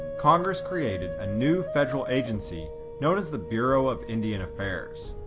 congress created a new federal agency known as the bureau of indian affairs.